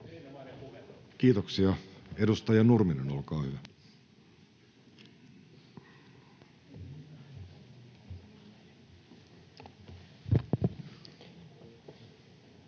Kiitoksia. — Edustaja Nurminen, olkaa hyvä.